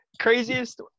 craziest